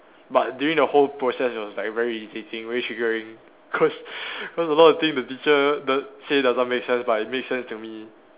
but during the whole process it was like very irritating very triggering cause cause a lot of thing the teacher the say doesn't make sense but it makes sense to me